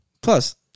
Plus